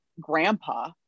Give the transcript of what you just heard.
grandpa